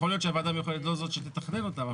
יכול להיות שהוועדה המיוחדת היא לא זאת שתכנן אותם,